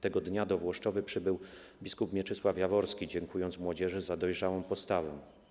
Tego dnia do Włoszczowy przybył bp Mieczysław Jaworski i dziękował młodzieży za dojrzałą postawę.